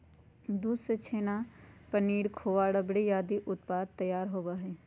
दूध से छेना, पनीर, खोआ, रबड़ी आदि उत्पाद तैयार होबा हई